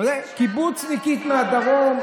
קיבוצניקית מהדרום,